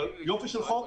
אבל יופי של הצעת חוק.